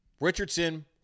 Richardson